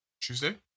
Tuesday